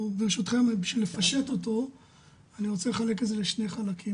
ברשותכם כדי לפשט אותו אני רוצה לחלק את זה לשני חלקים.